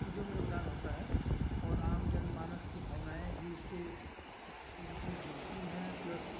चीज़ों में योगदान होता है और आम जनमानस की भावनाएँ भी इससे एक दूसरे से जुड़ती हैं प्लस